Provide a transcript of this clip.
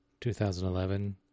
2011